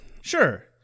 Sure